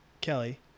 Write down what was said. Kelly